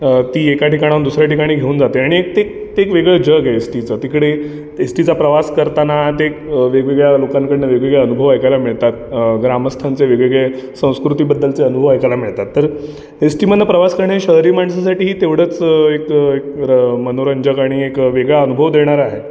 ती एका ठिकाणाहून दुसऱ्या ठिकाणी घेऊन जाते आणि एक ते ते एक वेगळं जग आहे एस टीचं तिकडे एस टीचा प्रवास करताना ते वेगवेगळ्या लोकांकडनं वेगवेगळे अनुभव ऐकायला मिळतात ग्रामस्थांचे वेगवेगळे संस्कृतीबद्दलचे अनुभव ऐकायला मिळतात तर एस टीमधनं प्रवास करणं हे शहरी माणसासाठीही तेवढंच एक एक मनोरंजक आणि एक वेगळा अनुभव देणारं आहे